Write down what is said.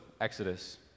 Exodus